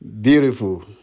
Beautiful